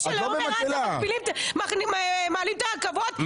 בשביל עומר אדם מגדילים את מספר הרכבות ולמפגינים לא?